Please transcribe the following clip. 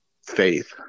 faith